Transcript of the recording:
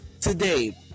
today